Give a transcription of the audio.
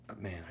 Man